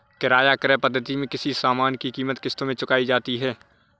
किराया क्रय पद्धति में किसी सामान की कीमत किश्तों में चुकाई जाती है